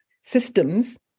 systems